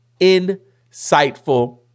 insightful